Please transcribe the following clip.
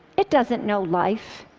it doesn't know life.